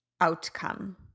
outcome